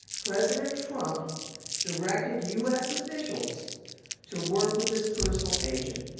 president trump directed u s. officials to work with this personal agent.